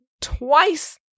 twice